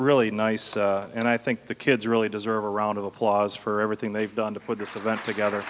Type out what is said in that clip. really nice and i think the kids really deserve a round of applause for everything they've done to put this event together